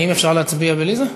האם אפשר להצביע בלי זה?